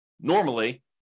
normally